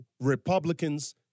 Republicans